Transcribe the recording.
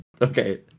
Okay